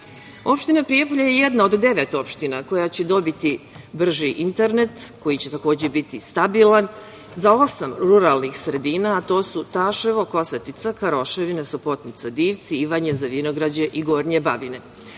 selu. Opština Prijepolje je jedna od devet opština koja će dobiti brži internet koji će takođe biti stabilan za osam ruralnih sredina, a to su Taševo, Kosetica, Karoševina, Sopotnica, Divci, Ivanje, Zavinograđe i Gornje Babine.